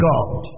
God